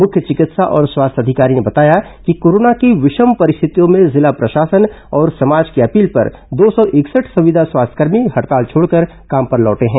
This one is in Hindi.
मुख्य चिकित्सा और स्वास्थ्य अधिकारी ने बताया कि कोरोना की विषम परिस्थितियों में जिला प्रेशासन और समाज की अपील पर दो सौ इकसठ संविदा स्वास्थ्यकर्मी हडताल छोडकर काम पर लौटे हैं